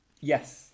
Yes